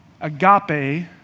agape